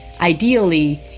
ideally